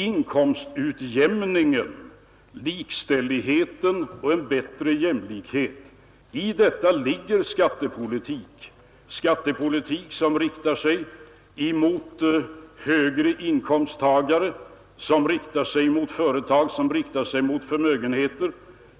Inkomstutjämning, likställighet och en bättre jämlikhet — i detta ligger skattepolitik, skattepolitik som riktar sig mot högre inkomsttagare, som riktar sig mot företag, som riktar sig mot förmögenheter.